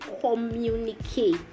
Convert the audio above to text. communicate